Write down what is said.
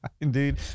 Indeed